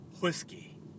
Whiskey